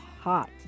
hot